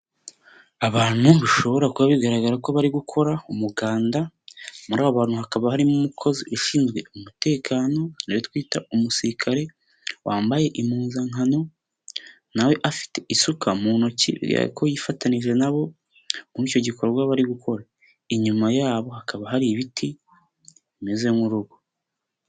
Abantu bishobora kuba bigaragara ko bari gukora umuganda, muri aba bantu hakaba harimo umukozi ushinzwe umutekano, nawe twita umusirikare, wambaye impuzankano nawe afite isuka mu ntoki, bigaragara ko yifatanyije na bo muri icyo gikorwa bari gukora, inyuma yabo hakaba hari ibiti bimeze nk'urugo.